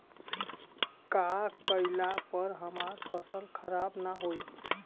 का कइला पर हमार फसल खराब ना होयी?